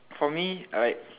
for me like